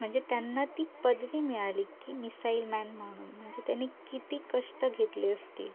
म्हणजे त्यांना ती पदवी मिळाली की मिसाईल मॅन म्हणून म्हणजे त्यांनी किती कष्ट घेतले असतील